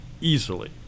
easily